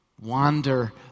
wander